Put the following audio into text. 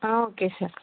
okay sir